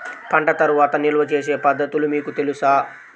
పంట తర్వాత నిల్వ చేసే పద్ధతులు మీకు తెలుసా?